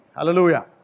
Hallelujah